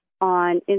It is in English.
on